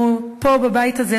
בבית הזה,